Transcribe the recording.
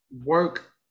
work